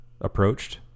approached